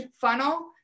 funnel